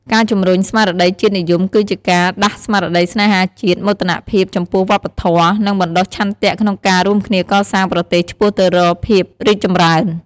ការជំរុញស្មារតីជាតិនិយមគឺជាការ ដាស់ស្មារតីស្នេហាជាតិ មោទនភាពចំពោះវប្បធម៌ និងបណ្ដុះឆន្ទៈក្នុងការរួមគ្នាកសាងប្រទេសឆ្ពោះទៅរកភាពរីកចម្រើន។